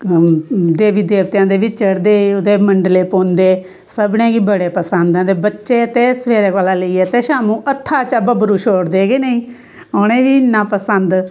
देवी देवतेआं दे बी दे बी चढ़दे ओह्दै मंडलै पौंदे सब्भने गी बड़े पसंद ऐ ते बच्चे ते सवेरें कोला लेईयै ते शाम्मी हत्था चा बब्बरू छोड़दे गै नेंईं उनेगी इन्ना पसंद